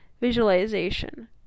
visualization